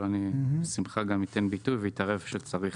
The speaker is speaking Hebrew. אבל בשמחה אני אתן ביטוי ואתערב כשצריך.